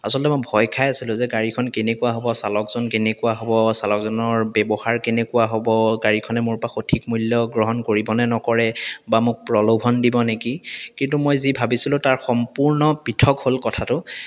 আছলতে মই ভয় খাই আছিলোঁ যে গাড়ীখন কেনেকুৱা হ'ব চালকজন কেনেকুৱা হ'ব চালকজনৰ ব্যৱহাৰ কেনেকুৱা হ'ব গাড়ীখনে মোৰ পৰা সঠিক মূল্য গ্ৰহণ কৰিবনে নকৰে বা মোক প্ৰলোভন দিব নেকি কিন্তু মই যি ভাবিছিলোঁ তাৰ সম্পূৰ্ণ পৃথক হ'ল কথাটো